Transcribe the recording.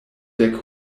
dek